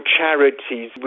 charities